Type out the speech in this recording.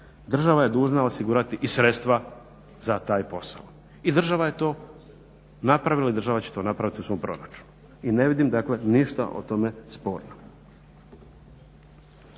Država je dužna osigurati i sredstva za taj posao i država je to napravila i država će to napraviti u svom proračunu i ne vidim dakle ništa u tome sporno.